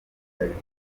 juvenal